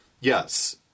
yes